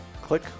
click